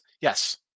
Yes